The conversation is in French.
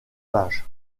pages